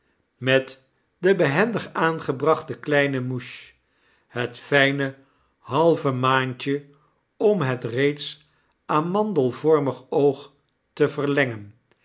met de behendig aangebrachte kleine mouches het fijne halve maantje om het reeds amandelvormige oog te verlengen